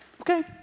Okay